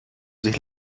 sich